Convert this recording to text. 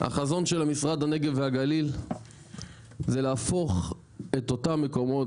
החזון של המשרד הנגב והגליל זה להפוך את אותם מקומות,